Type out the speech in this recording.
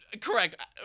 Correct